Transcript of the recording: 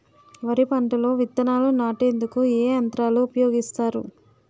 వరి పంటలో విత్తనాలు నాటేందుకు ఏ యంత్రాలు ఉపయోగిస్తారు?